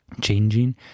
changing